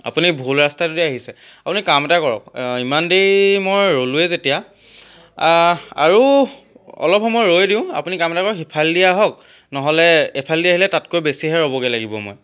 আপুনি ভুল ৰাস্তাটোৱেদি আহিছে আপুনি কাম এটা কৰক ইমান দেৰি মই ৰ'লোঁৱেই যেতিয়া আৰু অলপ সময় ৰৈয়ে দিওঁ আপুনি কাম এটা কৰক সিফালেদিয়ে আহক নহ'লে এইফালেদি আহিলে তাতকৈ বেছিহে ৰ'বগৈ লাগিব মই